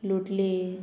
लोटले